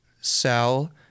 Sal